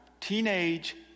teenage